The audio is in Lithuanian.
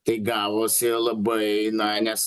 tai gavosi labai na nes